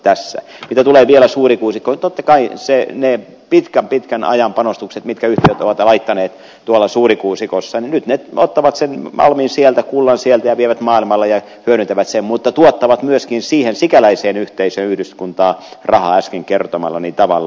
mitä tulee vielä suurikuusikkoon totta kai kun yhtiöt ovat laittaneet pitkän ajan panostukset suurikuusikossa nyt ne ottavat sen malmin sieltä kullan sieltä ja vievät maailmalle ja hyödyntävät sen mutta tuottavat myöskin siihen sikäläiseen yhteisöön yhdyskuntaan rahaa äsken kertomallani tavalla